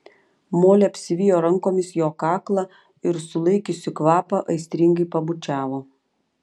molė apsivijo rankomis jo kaklą ir sulaikiusi kvapą aistringai pabučiavo